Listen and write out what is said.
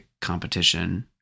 competition